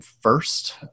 first